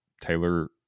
Taylor